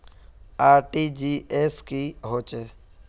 RTGS की होचए?